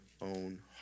own